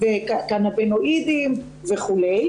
קנבינואידים וכולי.